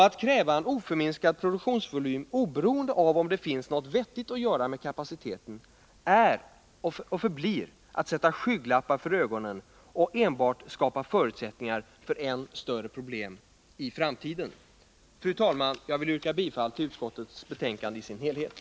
Att kräva oförminskad produktionsvolym, oberoende av om det finns något vettigt att göra med kapaciteten, är och förblir att sätta skygglappar för ögonen och att skapa förutsättningar för än större problem i framtiden. Fru talman! Jag vill yrka bifall till utskottets hemställan på samtliga punkter.